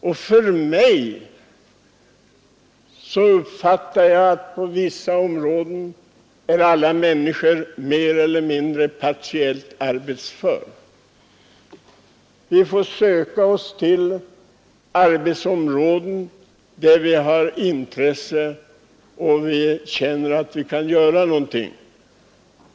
Jag uppfattar det också på det sättet att alla människor är mer eller mindre partiellt arbetsföra och att vi därför alla måste söka oss till arbetsområden som vi är intresserade av och där vi känner att vi kan göra en insats.